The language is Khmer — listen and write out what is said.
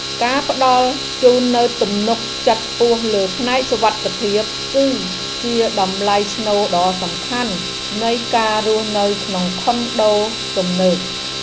ការផ្តល់ជូននូវទំនុកចិត្តខ្ពស់លើផ្នែកសុវត្ថិភាព គឺជាតម្លៃស្នូលដ៏សំខាន់នៃការរស់នៅក្នុងខុនដូទំនើប។